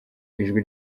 ijwi